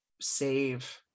save